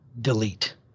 Delete